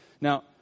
Now